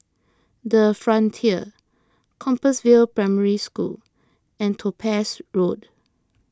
the Frontier Compassvale Primary School and Topaz Road